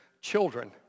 children